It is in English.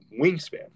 wingspan